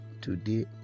today